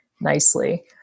nicely